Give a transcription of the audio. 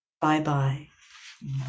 Bye-bye